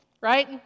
right